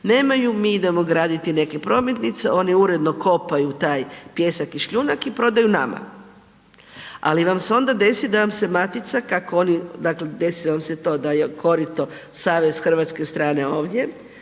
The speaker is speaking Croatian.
nemaju, mi idemo graditi neke prometnice, oni uredno kopaju taj pijesak i šljunak i prodaju nama, ali vam se onda desi da vam se matica kako oni, dakle, desi vam se to da je korito savez hrvatske strane ovdje,